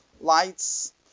lights